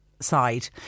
side